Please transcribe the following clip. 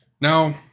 Now